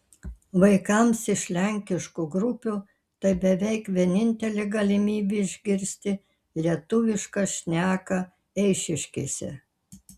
vaikams iš lenkiškų grupių tai beveik vienintelė galimybė išgirsti lietuvišką šneką eišiškėse